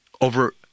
over